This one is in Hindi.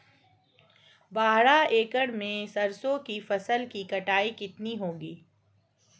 बारह एकड़ में सरसों की फसल की कटाई कितनी होगी?